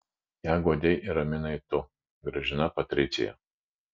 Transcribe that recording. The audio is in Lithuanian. ją guodei ir raminai tu gražina patricija